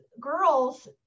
girls